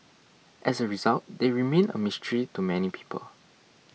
as a result they remain a mystery to many people